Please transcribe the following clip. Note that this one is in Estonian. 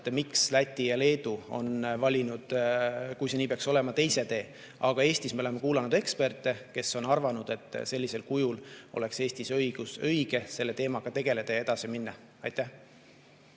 miks Läti ja Leedu on valinud, kui see nii peaks olema, teise tee. Aga Eestis me oleme kuulanud eksperte, kes on arvanud, et sellisel kujul oleks Eestis õige selle teemaga tegeleda ja edasi minna. Aitäh!